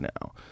now